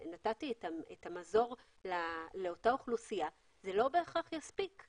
המזור לאותה אוכלוסייה, זה לא בהכרח יספיק.